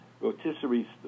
rotisserie